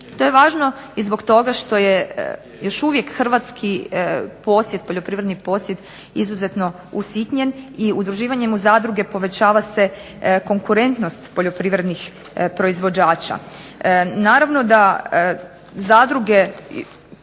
To je važno i zbog toga što je još uvijek hrvatski posjed, poljoprivredni posjed izuzetno usitnjen i udruživanjem u zadruge povećava se konkurentnost poljoprivrednih proizvođača.